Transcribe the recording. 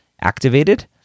activated